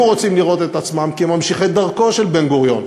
רוצים לראות את עצמם ממשיכי דרכו של בן-גוריון,